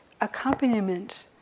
accompaniment